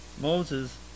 Moses